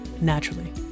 naturally